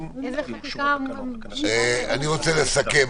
אני רוצה לסכם.